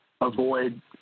avoid